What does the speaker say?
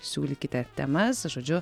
siūlykite temas žodžiu